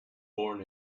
born